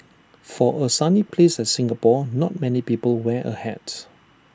for A sunny place like Singapore not many people wear A hat